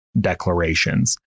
declarations